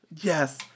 Yes